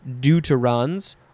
deuterons